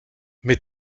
mais